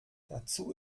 dazu